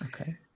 Okay